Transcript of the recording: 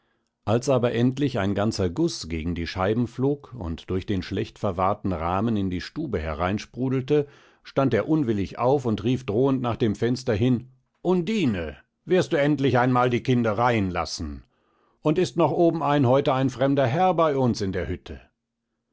als aber endlich ein ganzer guß gegen die scheiben flog und durch den schlechtverwahrten rahmen in die stube hereinsprudelte stand er unwillig auf und rief drohend nach dem fenster hin undine wirst du endlich einmal die kindereien lassen und ist noch obenein heute ein fremder herr bei uns in der hütte